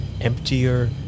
emptier